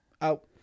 Out